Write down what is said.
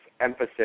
emphasis